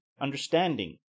understanding